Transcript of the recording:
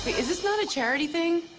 is this not a charity thing?